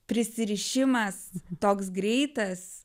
prisirišimas toks greitas